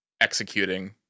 executing